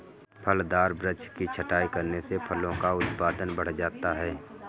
फलदार वृक्ष की छटाई करने से फलों का उत्पादन बढ़ जाता है